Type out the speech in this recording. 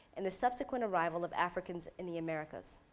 and the subsequent arrival of africans in the americas.